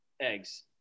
eggs